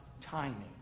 timing